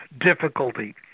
difficulty